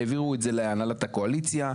העבירו את זה להנהלת הקואליציה,